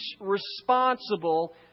responsible